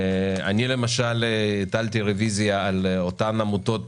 אני למשל הטלתי רוויזיה על אותן עמותות